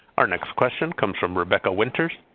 our next question comes from rebecca winters.